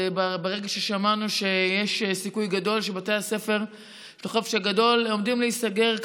ברגע ששמענו שיש סיכוי גדול שבתי הספר של החופש הגדול עומדים להיסגר,